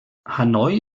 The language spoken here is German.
hanoi